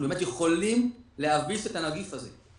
אנחנו באמת יכולים להביס את הנגיף הזה,